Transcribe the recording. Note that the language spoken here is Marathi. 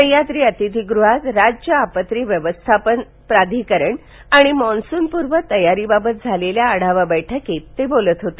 सह्याद्री अतिथिगृहात राज्य आपत्ती व्यवस्थापन प्राधिकरण आणि मान्सूनपूर्व तयारीबाबत झालेल्या आढावा बैठकीत ते बोलत होते